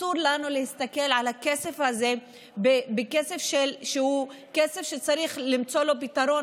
אסור לנו להסתכל על הכסף הזה ככסף שצריך למצוא לו פתרון,